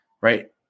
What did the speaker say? right